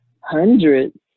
hundreds